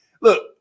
Look